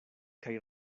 kaj